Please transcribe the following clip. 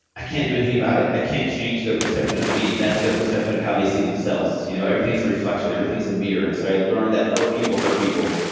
i can't do anything about it. i can't change their perception of me. that's their perception of how they see themselves. you know everything is a reflection, everything is a mirror. and so i learned that hurt people hurt people.